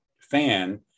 fan